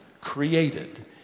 created